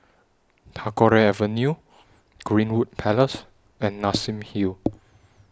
Tagore Avenue Greenwood Place and Nassim Hill